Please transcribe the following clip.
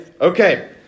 Okay